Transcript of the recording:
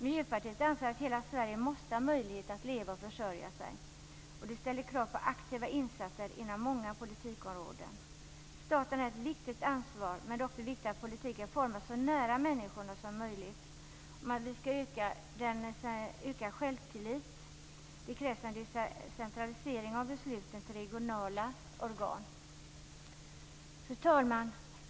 Miljöpartiet anser att människor i hela Sverige måste ha möjligheter att leva och försörja sig. Det ställer krav på aktiva insatser inom många politikområden. Staten har ett viktigt ansvar. Men det är också viktigt att politiken formas så nära människorna som möjligt. Om självtilliten skall öka krävs en ökad decentralisering av besluten till regionala organ. Fru talman!